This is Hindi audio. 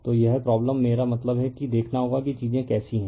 तो यह प्रॉब्लम मेरा मतलब है कि देखना होगा कि चीजें कैसी हैं